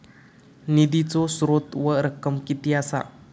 निधीचो स्त्रोत व रक्कम कीती असा?